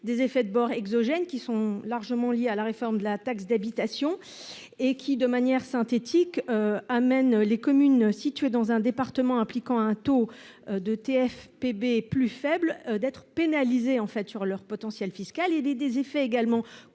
des effets de bord exogène, qui sont largement lié à la réforme de la taxe d'habitation et qui, de manière synthétique amène les communes situées dans un département impliquant un taux de TFPB plus faible d'être pénalisé en fait sur leur potentiel fiscal et des des effets également contre